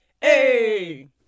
hey